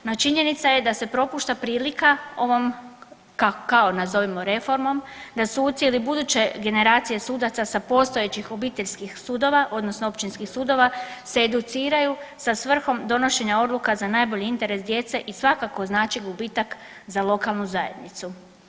No, činjenica je da se propušta prilika ovom kao nazovimo reformom da suci ili buduće generacije sudaca sa postojećih obiteljskih sudova odnosno općinskih sudova se educiraju sa svrhom donošenja odluka za najbolji interes djece i svakako znači gubitak za lokalnu zajednicu.